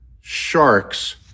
sharks